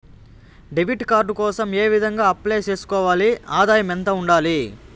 Debit card కోసం ఏ విధంగా అప్లై సేసుకోవాలి? ఆదాయం ఎంత ఉండాలి?